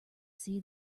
see